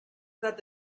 that